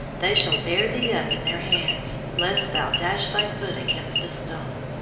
they shall bear thee up in their hands, lest thou dash thy foot against a stone.